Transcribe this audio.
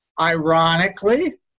Ironically